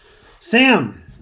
sam